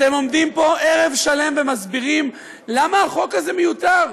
אתם עומדים פה ערב שלם ומסבירים למה החוק הזה מיותר.